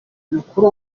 mukuru